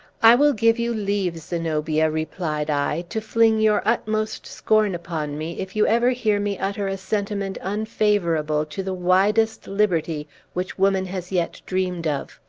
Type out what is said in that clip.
i will give you leave, zenobia, replied i, to fling your utmost scorn upon me, if you ever hear me utter a sentiment unfavorable to the widest liberty which woman has yet dreamed of.